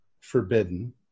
forbidden